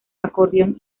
acordeón